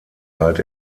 galt